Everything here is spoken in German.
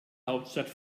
hauptstadt